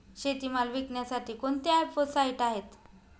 शेतीमाल विकण्यासाठी कोणते ॲप व साईट आहेत?